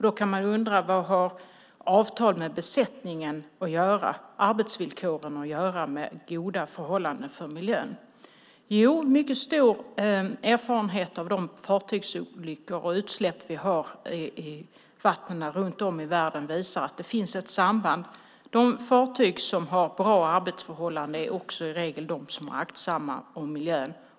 Då kan man undra vad avtalen om arbetsvillkor för besättningen har att göra med goda förhållanden för miljön. Den mycket stora erfarenhet som vi har av fartygsolyckor och utsläpp i vattnen runt om i världen visar att det finns ett samband. De fartyg som har bra arbetsförhållanden är också i regel de fartyg som är aktsamma om miljön.